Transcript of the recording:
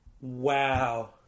Wow